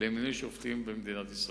למינוי שופטים במדינת ישראל.